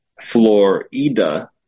Florida